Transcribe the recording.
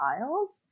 child